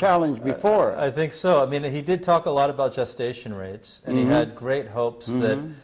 challenge before i think so i mean he did talk a lot about gestation rates and he had great hopes in them